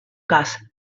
cas